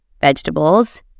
vegetables